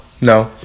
No